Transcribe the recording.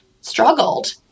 struggled